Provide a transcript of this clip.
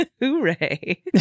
Hooray